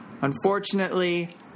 Unfortunately